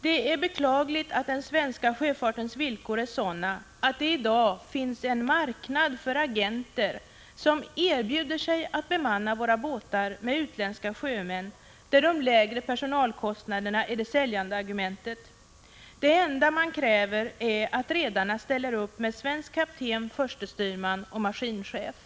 Det är beklagligt att den svenska sjöfartens villkor är sådana att det i dag finns en marknad där agenter kan erbjuda sig att bemanna våra båtar med utländska sjömän och där de lägre personalkostnaderna är det säljande argumentet. Det enda man kräver är att redarna ställer upp med svensk kapten, förste styrman och maskinchef.